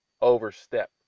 overstep